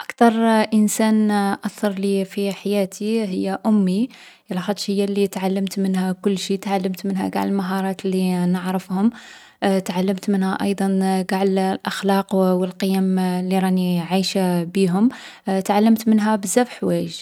اكثر انسان أثر لي في حياتي هي أمي. لاخاطش هي لي تعلمت منها كلشي. تعلمت منها قاع المهارات لي نعرفهم تعلمت منها أيضا قاع الـ الأخلاق و القيم لي راني عايشة بيهم. تعلمت منها بزاف حوايج.